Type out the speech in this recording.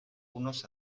unos